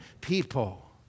people